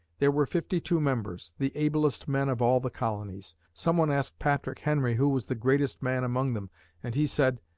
there were fifty-two members, the ablest men of all the colonies. someone asked patrick henry who was the greatest man among them and he said,